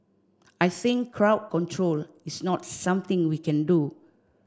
I think crowd control is not something we can do